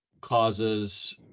causes